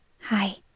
Hi